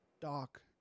Doc